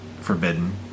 forbidden